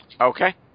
Okay